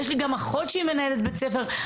יש לי גם אחות שהיא מנהלת בית ספר,